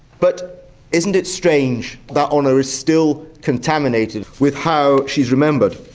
but isn't it strange that honour is still contaminated with how she is remembered.